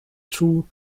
two